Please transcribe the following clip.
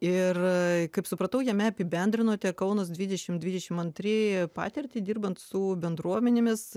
ir kaip supratau jame apibendrinote ir kaunas dvidešim dvidešim antri patirtį dirbant su bendruomenėmis